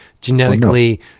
genetically